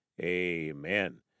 amen